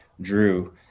Drew